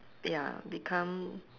ya become